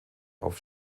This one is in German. auf